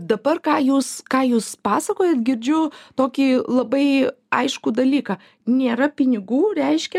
dabar ką jūs ką jūs pasakojat girdžiu tokį labai aiškų dalyką nėra pinigų reiškia